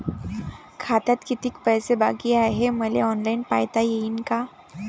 खात्यात कितीक पैसे बाकी हाय हे मले ऑनलाईन पायता येईन का?